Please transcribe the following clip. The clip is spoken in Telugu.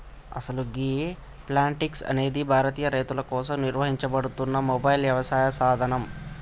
అసలు గీ ప్లాంటిక్స్ అనేది భారతీయ రైతుల కోసం నిర్వహించబడుతున్న మొబైల్ యవసాయ సాధనం